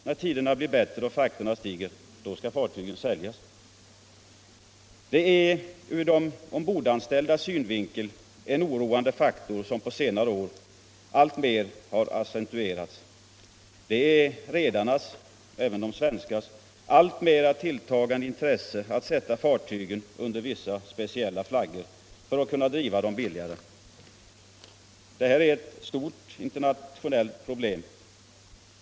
När tiderna blir bättre och frakterna stiger skall fartygen säljas. Det är denna ordning vi vänder oss emot. En ur de ombordanställdas synvinkel oroande faktor har på senare år alltmer accentuerats. Det är rederiernas — även de svenska rederiernas —- tilltagande intresse att sätta fartygen under speciell flagg för att kunna driva dem billigare. Detta är ett stort internationellt problem.